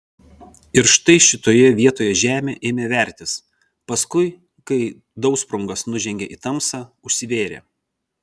ir štai šitoje vietoj žemė ėmė vertis paskui kai dausprungas nužengė į tamsą užsivėrė